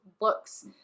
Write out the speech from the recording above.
looks